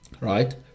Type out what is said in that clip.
right